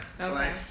Okay